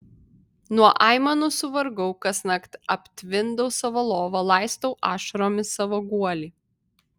nuo aimanų suvargau kasnakt aptvindau savo lovą laistau ašaromis savo guolį